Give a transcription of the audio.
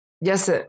Yes